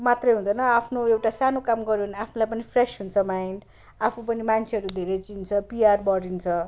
मात्रै हुँदैन आफ्नो एउटा सानो काम गऱ्यो भने आफूलाई पनि फ्रेस हुन्छ माइन्ड आफूपनि मान्छेहरू धेरै चिन्छ प्यार बाडिन्छ